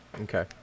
Okay